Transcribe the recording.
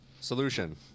Solution